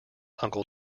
uncle